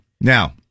now